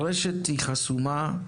הרשת היא חסומה,